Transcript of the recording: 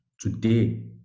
today